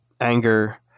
anger